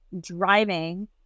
driving